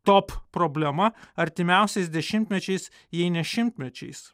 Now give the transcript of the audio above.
top problema artimiausiais dešimtmečiais jei ne šimtmečiais